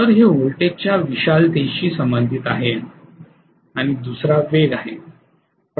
तर हे व्होल्टेजच्या विशालतेशी संबंधित आहे आणि दुसरा वेग आहे